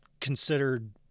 considered